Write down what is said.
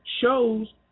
shows